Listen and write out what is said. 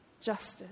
justice